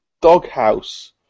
Doghouse